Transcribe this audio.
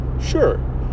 sure